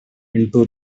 into